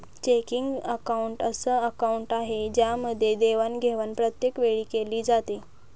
checking account अस account आहे ज्यामध्ये देवाणघेवाण प्रत्येक वेळी केली जाते